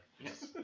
Yes